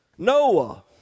Noah